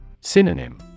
Synonym